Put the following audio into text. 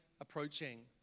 approaching